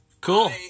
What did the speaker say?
Cool